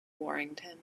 warrington